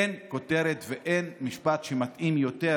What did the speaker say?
אין כותרת ואין משפט שמתאימים יותר